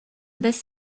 this